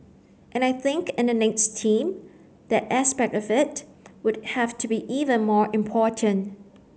and I think in the next team that aspect of it would have to be even more important